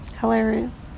Hilarious